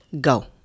go